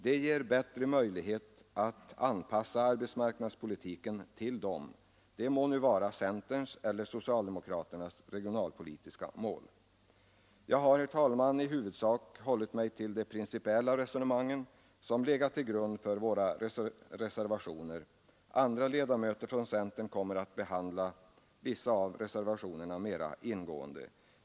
Det ger bättre möjlighet att anpassa arbetsmarknadspolitiken till dem, det må nu vara centerns eller socialdemokraternas regionalpolitiska mål. Jag har, herr talman, i huvudsak hållit mig till de principiella resonemang som legat till grund för våra reservationer. Andra ledamöter från centern kommer att behandla vissa av reservationerna mera ingående.